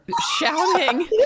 shouting